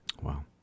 wow